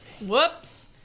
Whoops